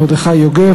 מרדכי יוגב,